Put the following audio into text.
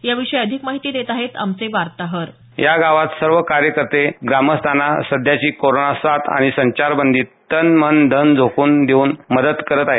याविषयी अधिक माहिती देत आहेत आमचे वार्ताहर या गावात सर्व कार्यकर्ते ग्रामस्थांना सध्याची कोरोणा साथ आणि संचारबंदीत तन मन धन झोकून देऊन मदत करत आहेत